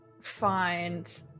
find